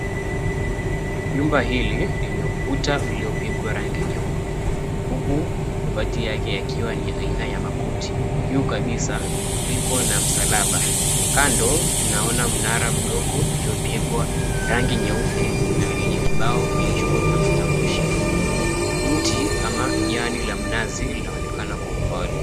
Nyumba hili lenye ukuta uliopigwa rangi nyeupe huku mabati yake yakiwa ni ya aina ya makuti. Juu kabissa liko na msalaba. Kando tunaona mnara mdogo uliopigwa rangi nyeupe na yenye kibao kilicho na matamshi. Mti ama jani la mnazi linaonekana kwa mbali.